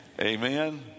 Amen